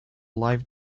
live